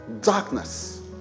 darkness